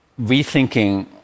rethinking